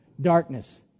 darkness